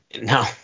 No